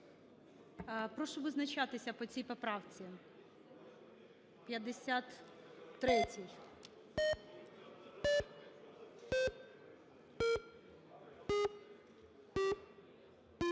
Прошу визначатися по цій поправці.